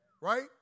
Right